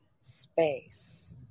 space